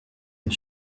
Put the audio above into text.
est